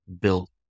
built